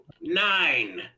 Nine